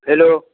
hello